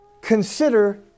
consider